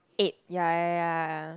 eight ya ya ya